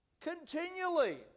continually